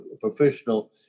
professional